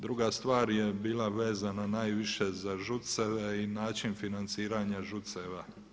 Druga stvar je bila vezana najviše za ŽUC-eve i način financiranja ŽUC-eva.